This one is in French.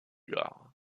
gare